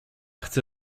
chcę